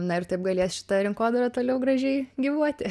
na ir taip galės šita rinkodara toliau gražiai gyvuoti